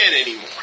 anymore